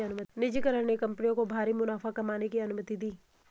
निजीकरण ने कंपनियों को भारी मुनाफा कमाने की अनुमति दी